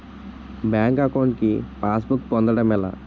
Bank account కి passbook పొందడం ఎలా?